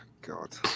God